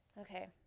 Okay